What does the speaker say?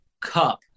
cup